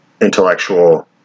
intellectual